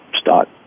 start